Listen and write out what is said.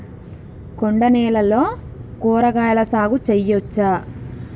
కొండ నేలల్లో కూరగాయల సాగు చేయచ్చా?